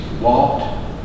walked